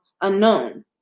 unknown